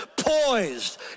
poised